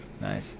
Nice